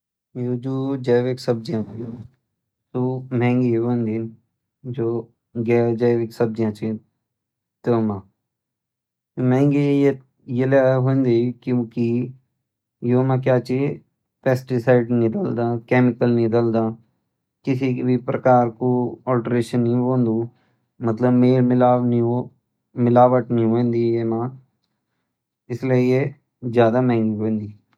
यू जु जैविक सब्जियां छ, सु मंहगी भी होंदी जु जैविक सब्जियां छ, त्यों म। महंगी इलै होंदी क्योंकि यों म क्या छ पेस्टिीसाइड्स नि होंद, कैमिकल नि रंद, किसी भी प्रकार कु अल्ट्रेसन नि होंदु, मतलब मिलावट नि होंदी ये म, इसलिये य ज्यादा महंगी होंदी।